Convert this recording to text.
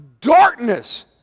darkness